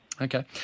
Okay